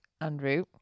Andrew